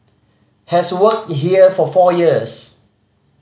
has worked here for four years